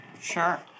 Sure